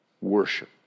Worship